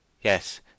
Yes